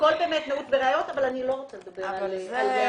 הכל נעוץ בראיות, אבל אני לא רוצה לדבר על ראיות.